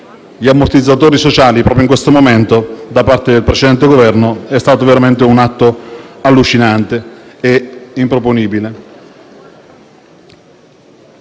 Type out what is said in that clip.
gli ammortizzatori sociali proprio in questo momento, da parte del precedente Governo, è stato veramente un atto allucinante e improponibile.